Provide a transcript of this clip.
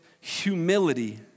humility